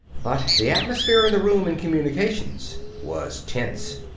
but the atmosphere in the room in communications was tense.